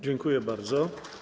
Dziękuję bardzo.